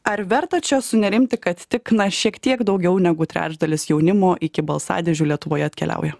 ar verta čia sunerimti kad tik na šiek tiek daugiau negu trečdalis jaunimo iki balsadėžių lietuvoje atkeliauja